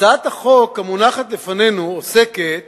הצעת החוק המונחת לפנינו עוסקת